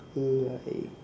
mm like